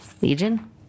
Legion